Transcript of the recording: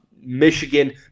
Michigan